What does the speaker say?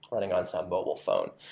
running on some mobile phone.